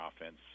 offense